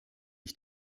ich